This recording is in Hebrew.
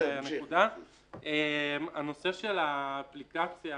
הנושא של האפליקציה